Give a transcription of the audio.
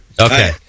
Okay